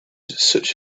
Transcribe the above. such